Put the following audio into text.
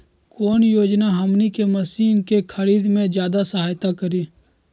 कौन योजना हमनी के मशीन के खरीद में ज्यादा सहायता करी?